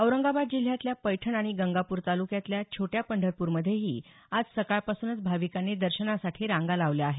औरंगाबाद जिल्ह्यातल्या पैठण आणि गंगापूर तालुक्यातल्या छोट्या पंढरपूरमध्येही आज सकाळपासूनच भाविकांनी दर्शनासाठी रांगा लावल्या आहेत